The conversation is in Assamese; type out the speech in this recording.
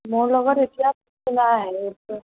মোৰ লগত এতিয়া নাই